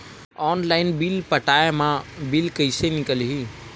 Online bill पटाय मा bill कइसे निकलही?